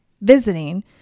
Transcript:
visiting